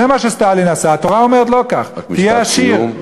התורה אומרת: תהיה עשיר,